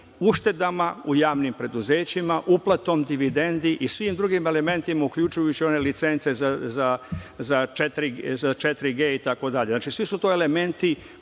uštedama u javnim preduzećima, uplatom dividendi i svim drugim elementima, uključujući one licence za 4G itd. Znači, sve su to elementi